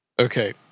okay